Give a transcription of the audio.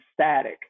static